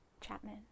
Chapman